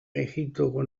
egiptoko